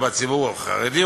ובציבור החרדי,